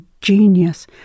genius